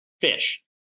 fish